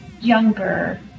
younger